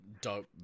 dope